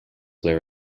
were